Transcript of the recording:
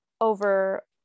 over